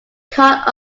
caught